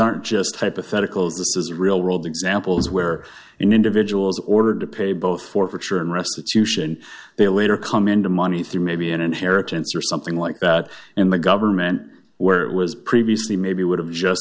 aren't just hypotheticals this is real world examples where individuals ordered to pay both forfeiture and restitution they later come into money through maybe an inheritance or something like that and the government where it was previously maybe would have just